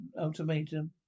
ultimatum